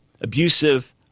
abusive